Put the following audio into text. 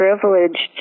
privileged